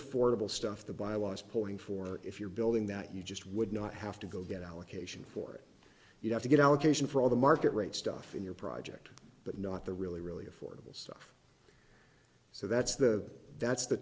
affordable stuff the byelaws pulling for if you're building that you just would not have to go get allocation for it you'd have to get allocation for all the market rate stuff in your project but not the really really affordable stuff so that's the that's the